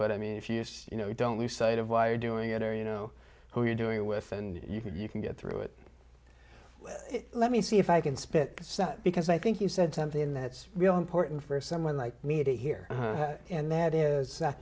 but i mean if you just you know don't lose sight of why are doing it or you know who you're doing it with and you can you can get through it let me see if i can spit because i think you said something that's really important for someone like me to hear and that is